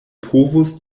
povus